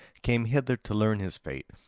came hither to learn his fate.